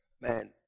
man